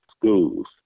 schools